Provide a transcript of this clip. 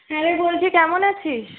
হ্যাঁ রে বলছি কেমন আছিস